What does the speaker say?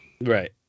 right